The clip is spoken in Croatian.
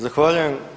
Zahvaljujem.